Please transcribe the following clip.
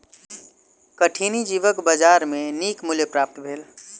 कठिनी जीवक बजार में नीक मूल्य प्राप्त भेल